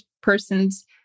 person's